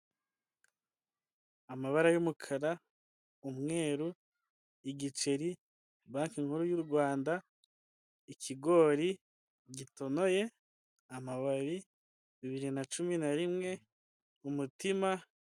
Amabara y'umukara, umweru, igiceri, banki nkuru y' u Rwanda, ikigori gitonoye, amababi, bibiri na cumi na rimwe, umutima.